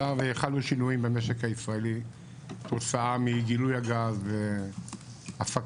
חלו שינויים במשק הישראלי כתוצאה מגילוי הגז והפקתו.